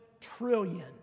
trillion